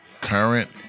current